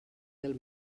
del